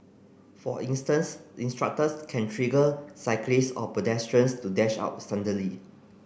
for instance instructors can trigger cyclist or pedestrians to dash out suddenly